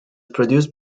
produced